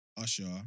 Usher